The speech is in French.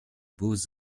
beaux